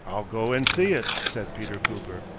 i'll go and see it, said peter cooper.